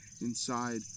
inside